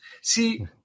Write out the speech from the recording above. See